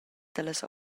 dallas